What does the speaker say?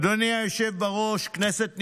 אדוני היושב בראש, כנסת נכבדה,